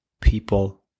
people